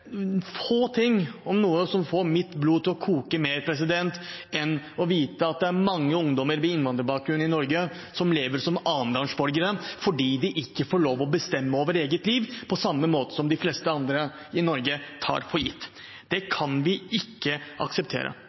få ting, om noe, som får mitt blod til å koke mer enn å vite at det er mange ungdommer med innvandrerbakgrunn i Norge som lever som annenrangsborgere, fordi de ikke får lov til å bestemme over eget liv på samme måte som de fleste andre i Norge tar for gitt. Det kan vi ikke akseptere.